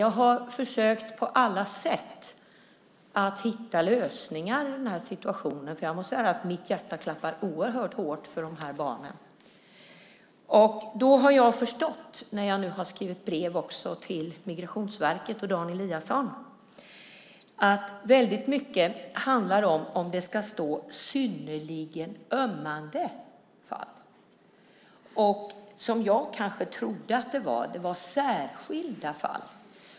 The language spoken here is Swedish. Jag har på alla sätt försökt att hitta lösningar i den här situationen. Mitt hjärta klappar oerhört hårt för de här barnen. Då har jag förstått, när jag nu har skrivit brev till Migrationsverket och Dan Eliasson, att väldigt mycket handlar om huruvida det ska stå "synnerligen ömmande fall". Jag trodde att det stod "särskilda fall".